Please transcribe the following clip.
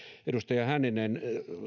edustaja hänninen